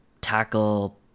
tackle